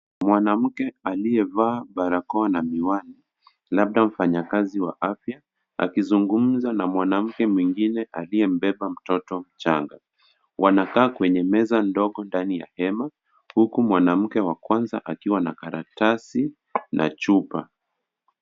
Mwanamke aliyevaa barakoa na miwani labda mfanyakazi wa afya akizungumza na mwanamke mwingine aliye mbeba mtoto mchanga. Wanakaa kwenye meza ndogo ndani ya hema huku mwanamke wa kwanza akiwa na karatasi na chupa.